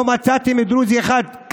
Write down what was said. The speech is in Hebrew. לא מצאתם דרוזי אחד,